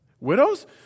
Widows